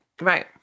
Right